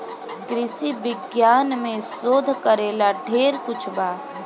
कृषि विज्ञान में शोध करेला ढेर कुछ बा